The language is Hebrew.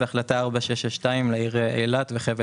אנחנו מדברים